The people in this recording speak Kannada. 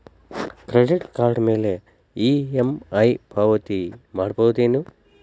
ಕ್ರೆಡಿಟ್ ಕಾರ್ಡ್ ಮ್ಯಾಲೆ ಇ.ಎಂ.ಐ ಪಾವತಿ ಮಾಡ್ಬಹುದೇನು?